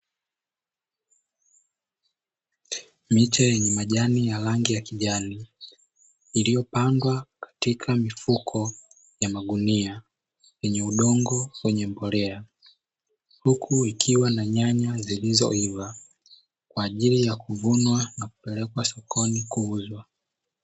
Miche yenye majani ya rangi ya kijani, iliyopandwa katika mifuko na magunia yenye udongo wenye mbolea, huku ikiwa na nyanya zilizoiva kwa ajili ya kuvunwa na kupelekwa sokoni kuuzwa.